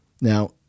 Now